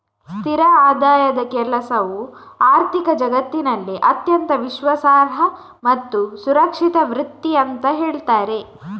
ಸ್ಥಿರ ಆದಾಯದ ಕೆಲಸವು ಆರ್ಥಿಕ ಜಗತ್ತಿನಲ್ಲಿ ಅತ್ಯಂತ ವಿಶ್ವಾಸಾರ್ಹ ಮತ್ತು ಸುರಕ್ಷಿತ ವೃತ್ತಿ ಅಂತ ಹೇಳ್ತಾರೆ